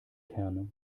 kerne